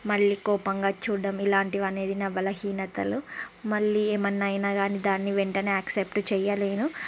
మళ్ళీ కోపంగా చూడటం ఇలాంటివి అనేది నా బలహీనతలు మళ్ళీ ఏమైనా అయినా కానీ దాన్ని వెంటనే యాక్సప్ట్ చేయలేను